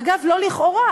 אגב, לא לכאורה.